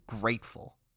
grateful